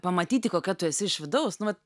pamatyti kokia tu esi iš vidaus nu vat